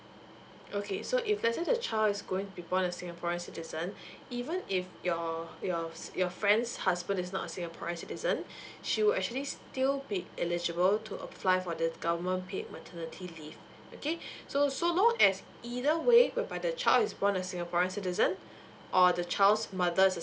okay so if let's say the child is going to be born as singaporean citizen even if your your friend's husband is not a singaporean citizen she would actually still paid eligible to apply for thes government paid maternity leave okay so long as either way whereby the child is born as a singaporean citizen or the child's mothers is